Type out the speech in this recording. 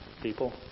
people